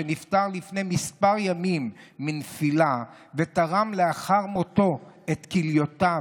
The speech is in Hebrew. שנפטר לפני כמה ימים מנפילה ותרם לאחר מותו את כליותיו,